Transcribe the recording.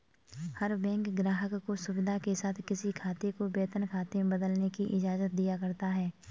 हर bank ग्राहक को सुविधा के साथ किसी खाते को वेतन खाते में बदलने की इजाजत दिया करता है